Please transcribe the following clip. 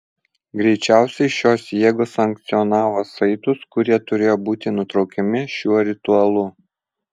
greičiausiai šios jėgos sankcionavo saitus kurie turėjo būti nutraukiami šiuo ritualu